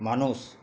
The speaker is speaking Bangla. মানুষ